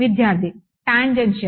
విద్యార్థి టాంజెన్షియల్